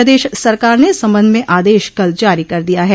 प्रदेश सरकार ने इस संबंध में आदेश कल जारी कर दिया है